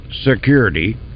Security